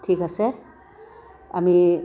ঠিক আছে আমি